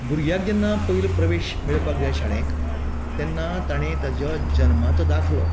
भुरग्याक जेन्ना पयलो प्रवेश मेळपाक जाय शाळेक तेन्ना ताणें ताजो जन्माचो दाखलो